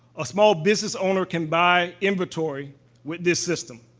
a small business owner can buy inventory with this system.